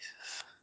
Jesus